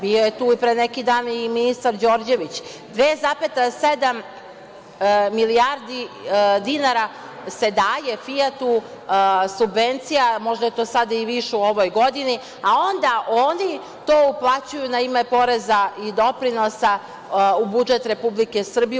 Bio je tu pre neki dan i ministar Đorđević, 2,7 milijardi dinara se daje "Fijatu" subvencija, možda je to sada i više u ovoj godini, a onda oni to uplaćuju na ime poreza i doprinosa u budžet Republike Srbije.